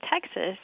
Texas